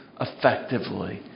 effectively